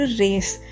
race